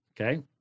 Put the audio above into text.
Okay